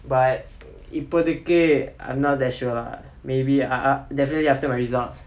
but இப்போதிக்கு:ippothikku I'm not that sure lah maybe lah definitely after my results